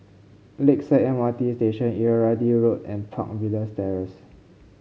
Lakeside M R T Station Irrawaddy Road and Park Villas Terrace